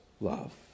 love